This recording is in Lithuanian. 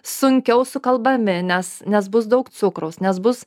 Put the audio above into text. sunkiau sukalbami nes nes bus daug cukraus nes bus